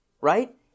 right